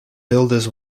builders